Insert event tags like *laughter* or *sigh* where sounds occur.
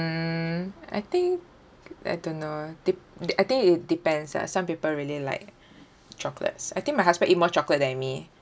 mm I think I don't know dep~ dep~ I think it depends ah some people really like *breath* chocolates I think my husband eat more chocolate than me